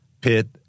Pit